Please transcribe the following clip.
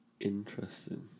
Interesting